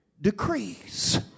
decrees